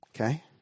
okay